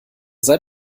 seid